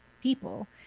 people